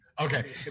Okay